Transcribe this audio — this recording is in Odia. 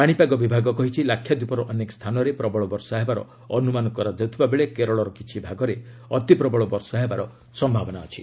ପାଣିପାଗ ବିଭାଗ କହିଛି ଲାକ୍ଷାଦ୍ୱୀପର ଅନେକ ସ୍ଥାନରେ ପ୍ରବଳ ବର୍ଷା ହେବାର ଅନୁମାନ କରାଯାଉଥିବାବେଳେ କେରଳର କିଛିଭାଗରେ ଅତିପ୍ରବଳ ବର୍ଷା ହେବାର ସମ୍ଭାବନା ଅଛି